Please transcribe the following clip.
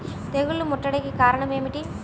తెగుళ్ల ముట్టడికి కారణం ఏమిటి?